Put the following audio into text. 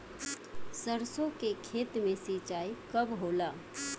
सरसों के खेत मे सिंचाई कब होला?